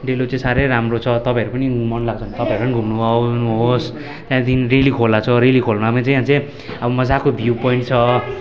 डेलो चाहिँ साह्रै राम्रो छ तपाईँहरू पनि घुम्नु मन लाग्छ भने तपाईँहरू पनि घुम्नु आउनुहोस् त्यहाँदेखि रेली खोला छ रेली खोलामा चाहिँ अब मज्जाको भ्यू पोइन्ट छ